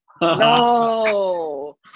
No